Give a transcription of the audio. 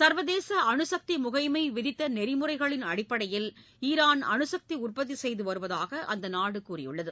சர்வதேச அணு சக்தி முகமை விதித்த நெறிமுறைகளின் அடிப்படையில் ஈரான் அணுசக்தி உற்பத்தி செய்து வருவதாக அந்த நாடு கூறியுள்ளது